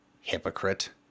Hypocrite